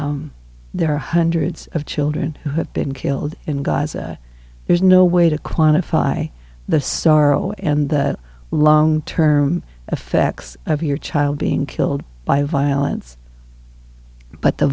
there are hundreds of children who have been killed in gaza there's no way to quantify the sorrow and the long term effects of your child being killed by violence but the